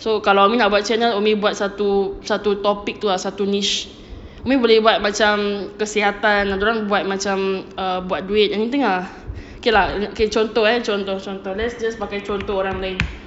so kalau umi nak buat channel umi buat satu satu topic tu satu niche umi boleh buat macam kesihatan ada orang buat macam err buat duit anything lah okay lah okay contoh eh contoh contoh let's just pakai contoh orang lain